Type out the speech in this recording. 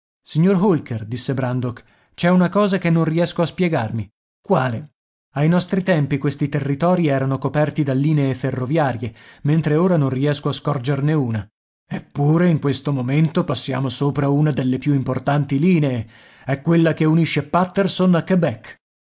signor holker disse brandok c'è una cosa che non riesco a spiegarmi quale ai nostri tempi questi territori erano coperti da linee ferroviarie mentre ora non riesco a scorgerne una eppure in questo momento passiamo sopra una delle più importanti linee è quella che unisce patterson